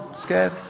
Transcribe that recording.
Scared